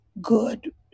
good